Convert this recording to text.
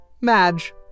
Madge